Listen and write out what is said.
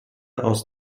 aus